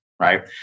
right